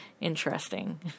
interesting